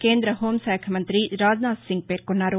కేంద్రద హూంశాఖ మంతి రాజ్నాథ్ సింగ్ పేర్కొన్నారు